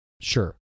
sure